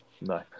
no